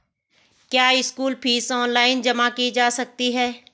क्या school fees online जमा की जा सकती है?